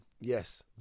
Yes